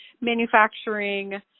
manufacturing